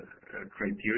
criteria